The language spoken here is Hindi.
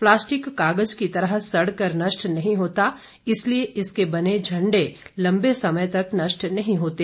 प्लास्टिक कागज की तरह सड़ कर नष्ट नहीं होता इसलिए इसके बने झंडे लंबे समय तक नष्ट नहीं होते